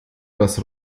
das